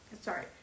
Sorry